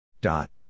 Dot